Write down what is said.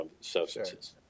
substances